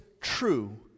true